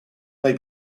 may